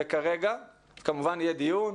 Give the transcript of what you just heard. יהיה דיון,